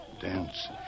dance